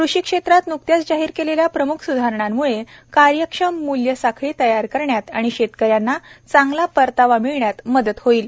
कृषी क्षेत्रात न्कत्याच जाहीर केलेल्या प्रम्ख स्धारणांमुळे कार्यक्षम मूल्य साखळी तयार करण्यात आणि शेतकऱ्यांना चांगला परतावा मिळण्यात मदत होईल